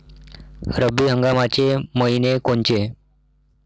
रब्बी हंगामाचे मइने कोनचे?